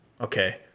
okay